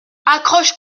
accroche